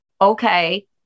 Okay